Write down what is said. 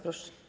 Proszę.